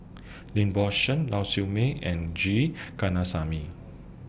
Lim Bo Seng Lau Siew Mei and G Kandasamy